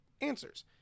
answers